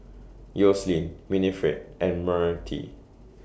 Yoselin Winnifred and Myrtie